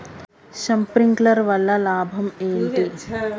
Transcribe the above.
Sprinkler వల్ల లాభం ఏంటి?